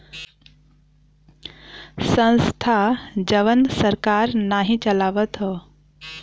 संस्था जवन सरकार नाही चलावत हौ